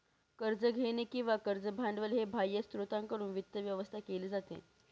कर्ज घेणे किंवा कर्ज भांडवल हे बाह्य स्त्रोतांकडून वित्त व्यवस्था केली जाते